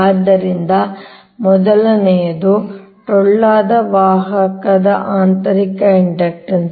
ಆದ್ದರಿಂದ ಮೊದಲನೆಯದು ಟೊಳ್ಳಾದ ವಾಹಕದ ಆಂತರಿಕ ಇಂಡಕ್ಟನ್ಸ್